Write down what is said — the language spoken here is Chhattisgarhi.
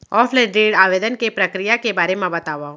ऑफलाइन ऋण आवेदन के प्रक्रिया के बारे म बतावव?